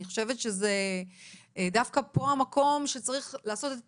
אני חושבת שזה דווקא פה המקום שבו צריך לעשות את